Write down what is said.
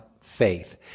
faith